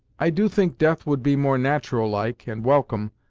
i do think death would be more nat'ral like, and welcome,